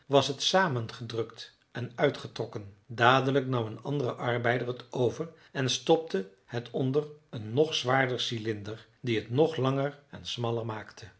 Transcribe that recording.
was het samengedrukt en uitgetrokken dadelijk nam een andere arbeider het over en stopte het onder een nog zwaarder cylinder die het nog langer en smaller maakte